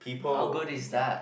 how good is that